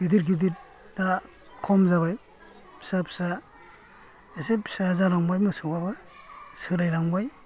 गिदिर गिदिर दा खम जाबाय फिसा फिसा एसे फिसा जालांबाय मोसौआबो सोलायलांबाय